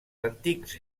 antics